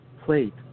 plate